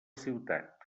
ciutat